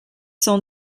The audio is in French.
cent